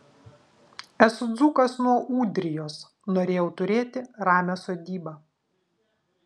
esu dzūkas nuo ūdrijos norėjau turėti ramią sodybą